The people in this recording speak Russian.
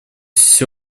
все